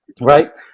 right